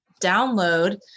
download